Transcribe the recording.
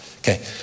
Okay